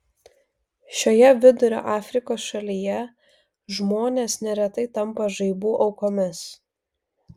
šioje vidurio afrikos šalyje žmonės neretai tampa žaibų aukomis